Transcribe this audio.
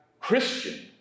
Christian